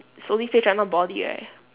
it's only face right not body right